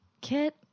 Kit